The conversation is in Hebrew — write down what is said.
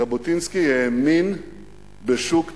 ז'בוטינסקי האמין בשוק תחרותי.